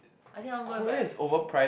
I think I want go with my okay